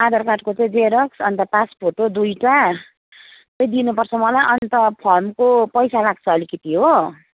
आधार कार्डको चाहिँ जेरक्स अन्त पासफोटो दुईवटा चाहिँ दिनुपर्छ मलाई अन्त फर्मको पैसा लाग्छ अलिकति हो